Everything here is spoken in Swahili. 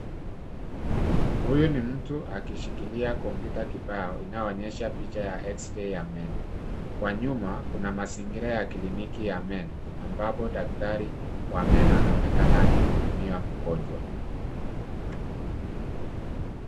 Huyu ni mtu akishikilia kompyuta kibao inayoonyesha picha ya eksirei ya meno. Kwa nyuma kuna mazingira ya kliniki ya meno ambapo daktari wa meno anaonekana akimhudumiwa mgonjwa.